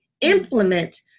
implement